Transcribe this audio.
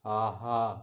ஆஹா